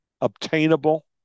obtainable